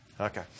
Okay